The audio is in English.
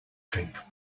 drink